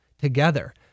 together